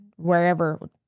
wherever